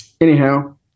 anyhow